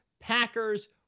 Packers